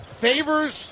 Favors